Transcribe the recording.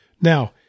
Now